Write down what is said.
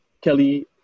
Kelly